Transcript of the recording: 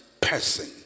person